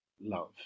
love